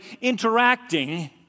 interacting